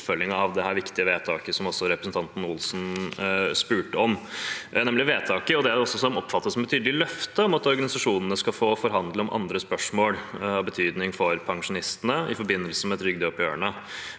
oppfølging av dette viktige vedtaket, som også representanten Olsen spurte om, og det er også oppfattet som et tydelig løfte om at organisasjonene skal få forhandle om andre spørsmål av betydning for pensjonistene i forbindelse med trygdeoppgjørene.